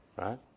Right